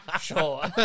Sure